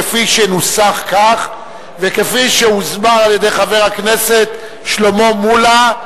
כפי שנוסח כך וכפי שהוסבר על-ידי חבר הכנסת שלמה מולה,